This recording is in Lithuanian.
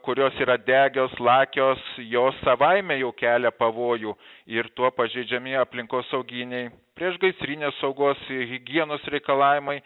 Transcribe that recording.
kurios yra degios lakios jos savaime jau kelia pavojų ir tuo pažeidžiami aplinkosauginiai priešgaisrinės saugos higienos reikalavimai